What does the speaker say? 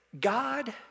God